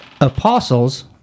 apostles